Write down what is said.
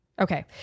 Okay